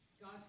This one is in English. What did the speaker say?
God